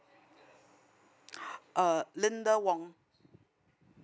uh linda wong